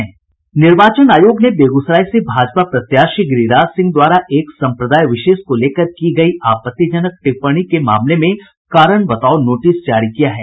निर्वाचन आयोग ने बेगूसराय से भाजपा प्रत्याशी गिरिराज सिंह द्वारा एक संप्रदाय विशेष को लेकर की गयी आपत्तिजनक टिप्पणी के मामले में कारण बताओ नोटिस जारी किया है